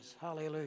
Hallelujah